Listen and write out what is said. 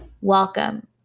welcome